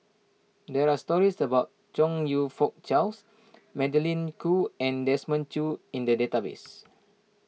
there are stories about Chong You Fook Charles Magdalene Khoo and Desmond Choo in the database